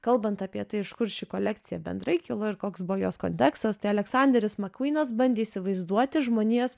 kalbant apie tai iš kur ši kolekcija bendrai kilo ir koks buvo jos kontekstas tai aleksanderis makvynas bandė įsivaizduoti žmonijos